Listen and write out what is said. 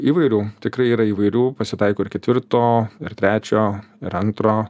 įvairių tikrai yra įvairių pasitaiko ir ketvirto ir trečio ir antro